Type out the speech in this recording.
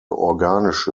organische